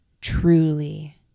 truly